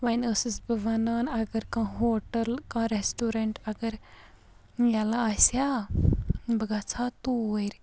وۄنۍ ٲسٕس بہٕ وَنان اگر کانٛہہ ہوٹَل کانٛہہ ریسٹورینٛٹ اگر یلہٕ آسہِ ہا بہٕ گَژھٕ ہا توٗرۍ